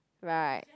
right